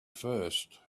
first